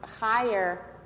higher